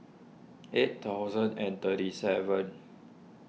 eight thousand and thirty seven